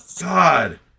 God